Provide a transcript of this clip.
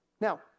Now